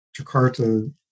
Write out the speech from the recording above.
Jakarta